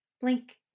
blink